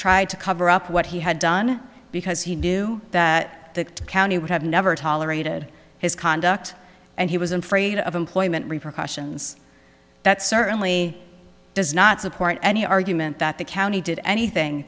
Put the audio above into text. tried to cover up what he had done because he knew that the county would have never tolerated his conduct and he was afraid of employment repercussions that certainly does not support any argument that the county did anything